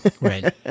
Right